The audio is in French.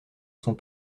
sont